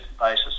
basis